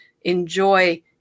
enjoy